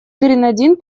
гренадин